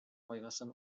кайгысын